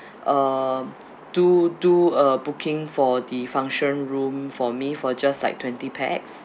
um do do a booking for the function room for me for just like twenty pax